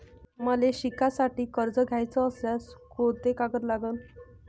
मले शिकासाठी कर्ज घ्याचं असल्यास कोंते कागद लागन?